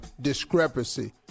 discrepancy